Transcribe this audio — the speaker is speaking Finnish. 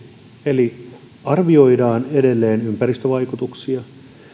eli edelleen arvioidaan ympäristövaikutuksia